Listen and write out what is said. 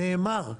נאמר.